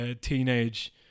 teenage